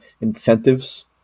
incentives